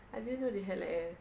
I didn't know they had like a